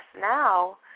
now